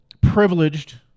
privileged